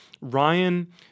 Ryan